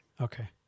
Okay